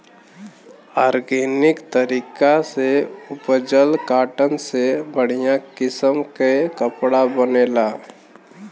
organic तरीका से उपजल कॉटन से बढ़िया किसम के कपड़ा बनेला